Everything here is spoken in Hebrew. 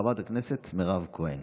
חברת הכנסת מירב כהן.